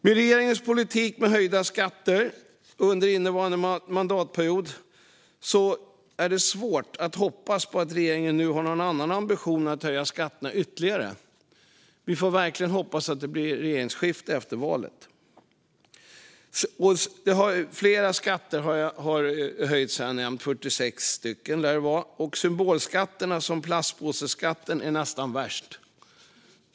Med regeringens politik med höjda skatter under innevarande mandatperiod är det svårt att hoppas på att regeringen ska ha någon annan ambition än att höja skatterna ytterligare. Vi får verkligen hoppas att det blir regeringsskifte efter valet. Jag har nämnt att flera skatter har höjts. Det lär vara 46 stycken. Symbolskatter som plastpåseskatten är nästan värst.